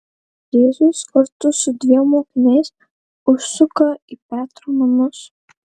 jėzus kartu su dviem mokiniais užsuka į petro namus